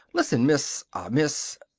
listen miss ah miss?